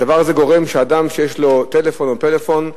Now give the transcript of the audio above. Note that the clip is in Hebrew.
הדבר הזה גורם לכך שאדם שיש לו טלפון או פלאפון,